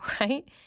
right